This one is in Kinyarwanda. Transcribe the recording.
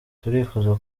turifuza